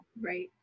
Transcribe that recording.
Right